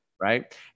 Right